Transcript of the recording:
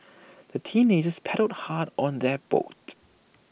the teenagers paddled hard on their boat